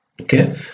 okay